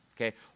Okay